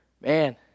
Man